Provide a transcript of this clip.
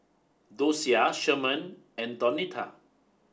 Dosia Sherman and Donita